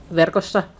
verkossa